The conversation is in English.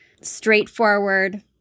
straightforward